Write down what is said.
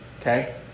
Okay